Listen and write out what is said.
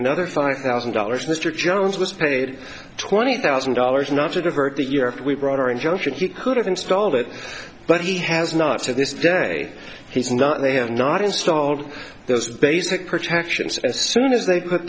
another five thousand dollars mr jones was paid twenty thousand dollars not to divert the year if we brought our injunction he could have installed it but he has not to this day he's not they have not installed those basic protections and soon as they put